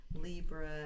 Libra